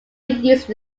used